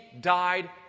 died